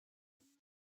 three